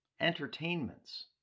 entertainments